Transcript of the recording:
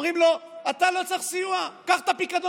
אומרים לו: אתה לא צריך סיוע, קח את הפיקדון.